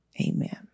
amen